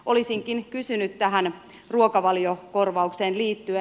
olisinkin kysynyt tähän ruokavaliokorvaukseen liittyen